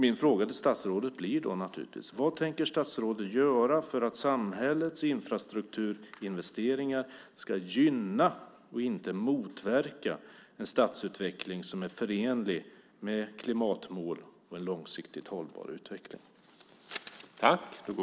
Min fråga till statsrådet blir naturligtvis: Vad tänker statsrådet göra för att samhällets infrastruktur och investeringar ska gynna och inte motverka en stadsutveckling som är förenlig med klimatmål och en långsiktigt hållbar utveckling?